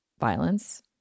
violence